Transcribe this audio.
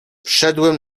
wszedłem